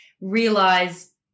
realize